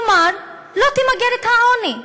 כלומר לא תמגר את העוני,